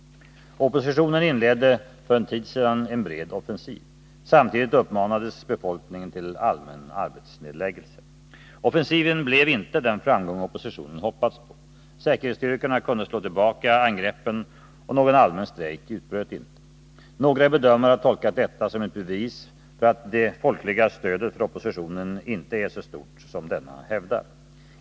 Oppositionen inledde för en tid sedan en bred offensiv. Samtidigt uppmanades befolkningen till allmän arbetsnedläggelse. Offensiven blev inte den framgång oppositionen hoppats på. Säkerhetsstyrkorna kunde slå tillbaka angreppen, och någon allmän strejk utbröt inte. Några bedömare har tolkat detta som ett bevis för att det folkliga stödet för oppositionen inte är så stort som denna hävdar.